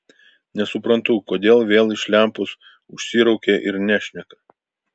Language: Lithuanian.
nesuprantu kodėl vėl iš lempos užsiraukė ir nešneka